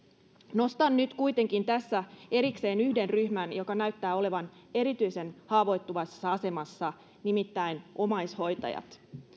nostan nyt kuitenkin tässä erikseen yhden ryhmän joka näyttää olevan erityisen haavoittuvassa asemassa nimittäin omaishoitajat